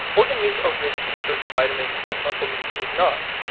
organ meats are rich in certain vitamins that muscle meat is not.